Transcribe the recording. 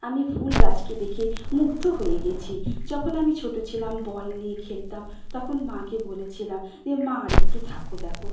আমি ফুল গাছকে দেখে মুগ্ধ হয়ে গিয়েছি যখন আমি ছোটো ছিলাম বল নিয়ে খেলতাম তখন মাকে বলেছিলাম যে মা আরেকটু থাকো দেখো